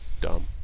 dumb